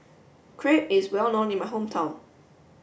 Crepe is well known in my hometown